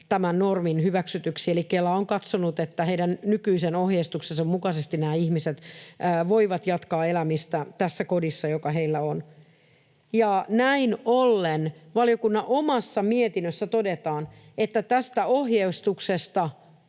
tämän normin hyväksytyksi, eli Kela on katsonut, että heidän nykyisen ohjeistuksensa mukaisesti nämä ihmiset voivat jatkaa elämistä tässä kodissa, joka heillä on. Näin ollen valiokunnan omassa mietinnössä todetaan, että tästä ohjeistuksesta